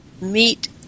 Meet